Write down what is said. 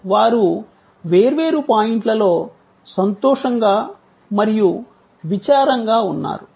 వారు వేర్వేరు పాయింట్లలో సంతోషంగా మరియు విచారంగా ఉన్నారు